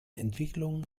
entwicklung